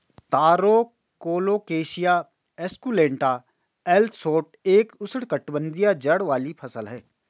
तारो Colocasia esculenta L Schott एक उष्णकटिबंधीय जड़ वाली फसल है